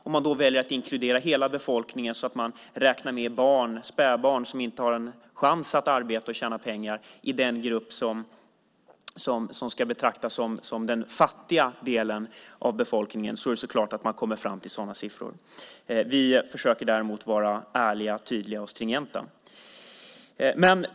Om man väljer att inkludera hela befolkningen, så att spädbarn som inte har en chans att arbeta och tjäna pengar ingår i den grupp som ska betraktas som den fattiga delen av befolkningen, är det klart att man kommer fram till sådana siffror. Vi försöker däremot vara ärliga, tydliga och stringenta.